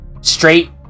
straight